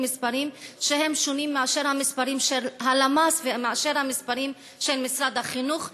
מספרים שהם שונים מהמספרים של הלמ"ס ומהמספרים של משרד החינוך.